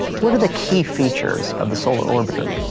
what are the key features of the solar orbiter?